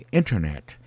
internet